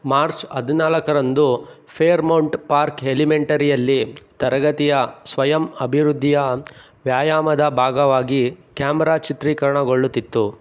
March ಹದಿನಾಲ್ಕರಂದು Fairmount Park ಹೆಲಿಮೆಂಟರಿಯಲ್ಲಿ ತರಗತಿಯ ಸ್ವಯಂ ಅಭಿವೃದ್ಧಿಯ ವ್ಯಾಯಾಮದ ಭಾಗವಾಗಿ ಕ್ಯಾಮ್ರಾ ಚಿತ್ರೀಕರಣಗೊಳ್ಳುತ್ತಿತ್ತು